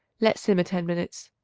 let simmer ten minutes.